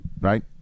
Right